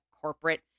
corporate